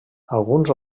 alguns